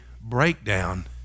breakdown